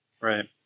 Right